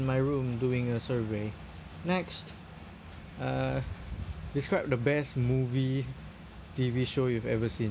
my room doing a survey next uh describe the best movie T_V show you've ever seen